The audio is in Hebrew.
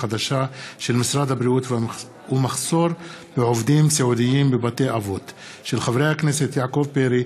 בהצעתם של חברי הכנסת יעקב פרי,